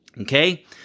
okay